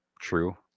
true